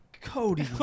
Cody